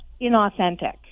inauthentic